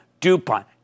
DuPont